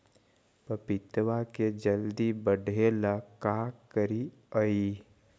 पपिता के जल्दी बढ़े ल का करिअई?